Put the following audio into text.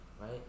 right